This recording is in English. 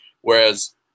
whereas